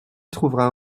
trouvera